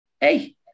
Hey